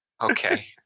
Okay